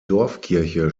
dorfkirche